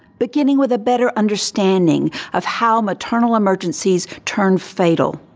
beginning with a better understanding of how maternal emergencies turn fatal.